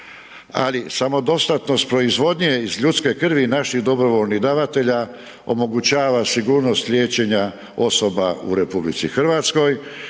Ali samodostatnost proizvodnje iz ljudske krvi naših dobrovoljnih davatelja omogućava sigurnost liječenja osoba u RH i važna je